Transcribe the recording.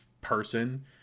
person